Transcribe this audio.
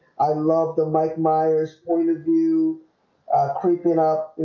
i love the mike myers point of view creeping up,